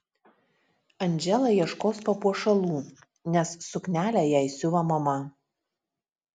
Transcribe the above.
andžela ieškos papuošalų nes suknelę jai siuva mama